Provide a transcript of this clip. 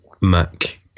Mac